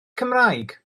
cymraeg